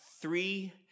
three